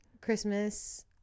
Christmas